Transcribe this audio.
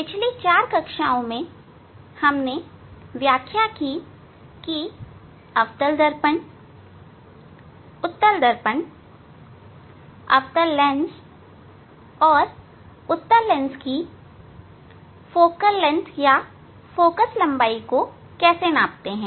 पिछली 4 कक्षाओं में हमने व्याख्या की कि अवतल दर्पण उत्तल दर्पण अवतल लेंस और उत्तल लेंस की फोकल लंबाई को कैसे नापते हैं